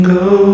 go